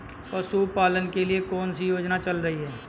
पशुपालन के लिए कौन सी योजना चल रही है?